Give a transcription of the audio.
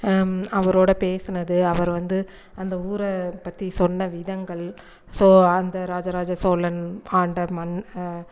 அவரோட பேசுனது அவரை வந்து அந்த ஊரை பற்றி சொன்ன விதங்கள் ஸோ அந்த ராஜராஜ சோழன் ஆண்ட மண்